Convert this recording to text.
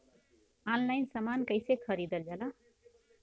Online समान कैसे खरीदल जाला?